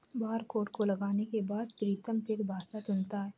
barcode को लगाने के बाद प्रीतम फिर भाषा चुनता है